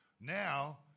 now